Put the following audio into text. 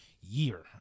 year